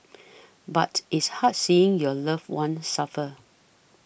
but it's hard seeing your loved one suffer